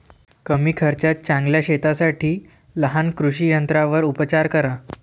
कमी खर्चात चांगल्या शेतीसाठी लहान कृषी यंत्रांवर उपचार करा